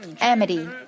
amity